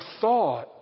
thought